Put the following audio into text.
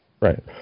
right